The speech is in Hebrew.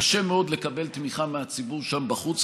קשה מאוד לקבל תמיכה מהציבור שם בחוץ,